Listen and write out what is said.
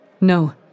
No